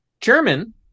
German